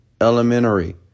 elementary